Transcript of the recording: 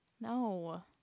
No